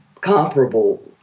comparable